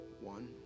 One